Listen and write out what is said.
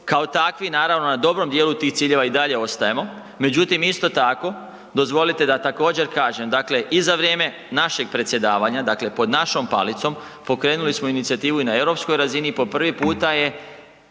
Kao takvi naravno na dobrom dijelu tih ciljeva i dalje ostajemo. Međutim, isto tako dozvolite da također kažem. Dakle, i za vrijeme našeg predsjedavanja, dakle pod našom palicom pokrenuli smo inicijativu i na europskoj razini i po prvi puta je